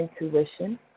intuition